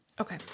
Okay